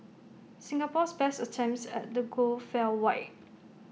Singapore's best attempts at the goal fell wide